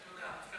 תודה,